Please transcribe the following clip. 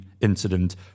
incident